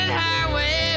highway